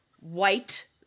white